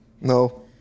No